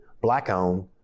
Black-owned